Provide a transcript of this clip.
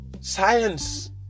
science